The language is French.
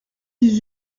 dix